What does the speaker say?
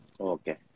Okay